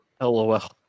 LOL